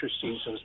seasons